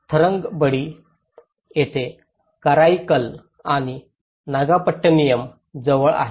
थरंगंबडी येथे कराईकल आणि नागापट्टिनम जवळ आहे